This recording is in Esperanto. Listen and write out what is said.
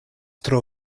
tro